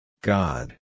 God